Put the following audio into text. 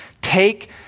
Take